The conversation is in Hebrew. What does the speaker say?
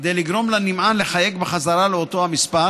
כדי לגרום לנמען לחייג בחזרה לאותו מספר